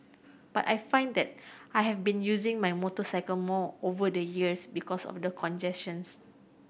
but I find that I have been using my motorcycle more over the years because of the congestions